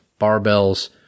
barbells